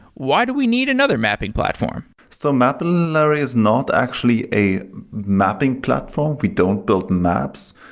why do we need another mapping platform? so mapillary is not actually a mapping platform. we don't build maps.